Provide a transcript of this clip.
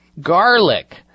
garlic